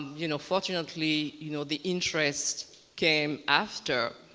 you know, fortunately you know the interest came after.